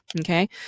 Okay